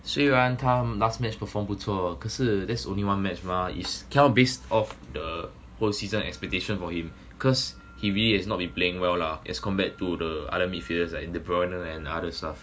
虽然他 last match perform 不错可是 that's the only one match mah is cannot base of the whole season expectations for him cause he really has not been playing well lah as compared to the other midfielders like the bruyne and other stuff